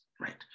right